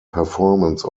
performance